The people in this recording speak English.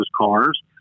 cars